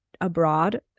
abroad